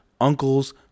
uncles